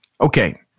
Okay